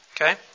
Okay